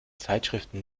zeitschriften